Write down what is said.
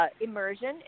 immersion